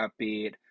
upbeat